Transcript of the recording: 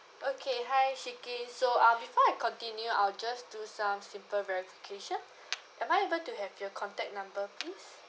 okay hi shikin so uh before I continue I'll just do some simple verification am I able to have your contact number please